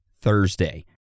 Thursday